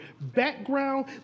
background